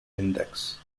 index